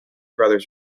brothers